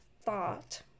thought